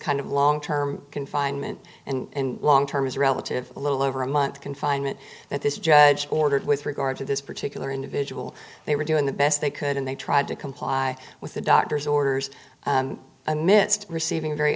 of long term confinement and long term is relative a little over a month confinement that this judge ordered with regard to this particular individual they were doing the best they could and they tried to comply with the doctor's orders amidst receiving very